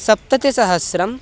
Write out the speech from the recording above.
सप्ततिसहस्रम्